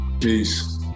peace